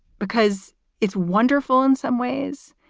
because it's wonderful in some ways,